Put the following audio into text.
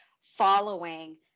following